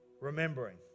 remembering